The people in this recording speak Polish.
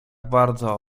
bardzo